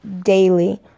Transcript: daily